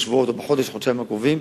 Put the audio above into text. בחודש או בחודשיים הקרובים,